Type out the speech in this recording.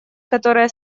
которые